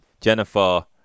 Jennifer